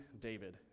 David